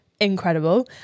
Incredible